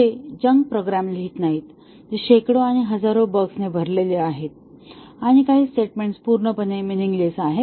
ते junk program लिहित नाहीत जे शेकडो आणि हजारो बग्स ने भरलेले आहेत आणि काही स्टेटमेंट पूर्णपणे मिनींगलेस आहेत